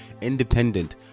independent